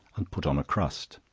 and put on a crust.